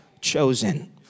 chosen